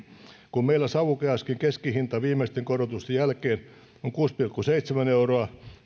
kun meillä savukeaskin keskihinta viimeisten korotusten jälkeen on kuusi pilkku seitsemän euroa